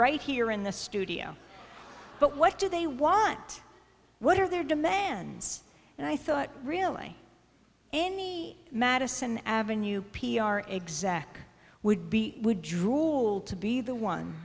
right here in the studio but what do they want what are their demands and i thought really any madison avenue p r exec would be would drool to be the one